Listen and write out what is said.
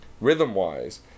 rhythm-wise